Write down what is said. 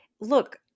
look